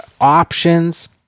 options